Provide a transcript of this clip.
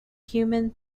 human